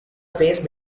face